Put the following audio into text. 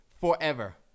forever